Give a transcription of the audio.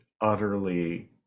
utterly